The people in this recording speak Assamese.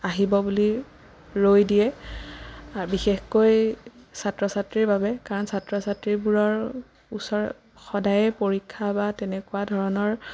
আহিব বুলি ৰৈ দিয়ে বিশেষকৈ ছাত্ৰ ছাত্ৰীৰ বাবে কাৰণ ছাত্ৰ ছাত্ৰীবোৰৰ ওচৰত সদায়ে পৰীক্ষা বা তেনেকুৱা ধৰণৰ